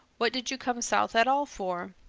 what did you come south at all for?